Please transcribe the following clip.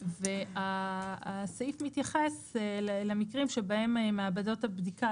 הסעיף מתייחס למקרים שבהם מעבדות הבדיקה